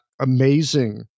amazing